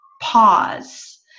pause